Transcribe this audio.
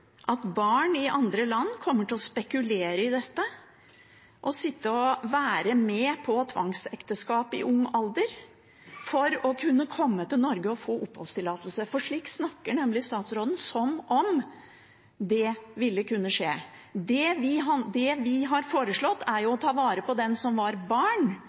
at barn i andre land kommer til å spekulere i dette, sitte og være med på tvangsekteskap i ung alder, for å kunne komme til Norge og få oppholdstillatelse? Statsråden snakker nemlig som om det ville kunne skje. Det vi har foreslått, er å ta vare på den som var barn